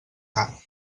car